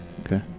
Okay